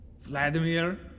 Vladimir